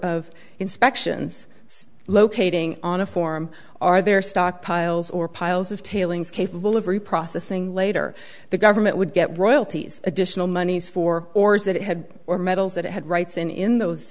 of inspections locating on a form are there stockpiles or piles of tailings capable of reprocessing later the government would get royalties additional monies for ores that it had or metals that had rights in in those